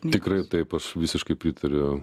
tikrai taip aš visiškai pritariu